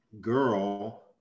girl